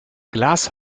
glass